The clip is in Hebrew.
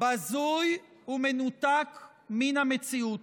בזוי ומנותק מהמציאות.